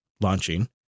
launching